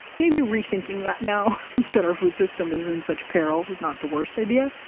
maybe rethinking that now that our food system is in such peril is not the worst idea.